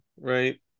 right